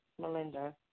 Melinda